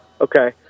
Okay